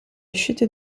chute